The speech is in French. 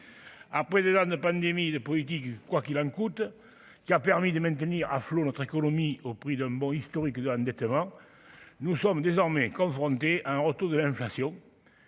après 2 ans de pandémie de politique quoi qu'il en coûte, qui a permis de maintenir à flot notre économie au prix d'un bond historique de l'endettement, nous sommes désormais confrontés à un retour de l'inflation